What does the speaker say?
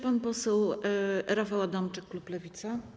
Pan poseł Rafał Adamczyk, klub Lewica.